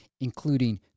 including